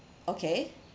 okay